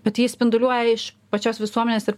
bet ji spinduliuoja iš pačios visuomenės ir